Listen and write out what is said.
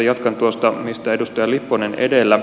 jatkan tuosta mistä edustaja lipponen edellä